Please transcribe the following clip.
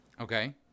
Okay